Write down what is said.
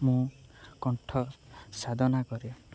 ମୁଁ କଣ୍ଠ ସାଧନା କରେ